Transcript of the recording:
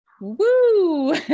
Woo